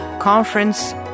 conference